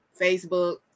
Facebook